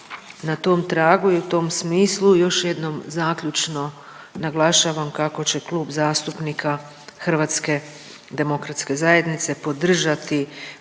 na tom tragu i u tom smislu još jednom zaključno naglašavam kako će Klub zastupnika HDZ-a podržati